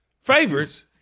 Favorites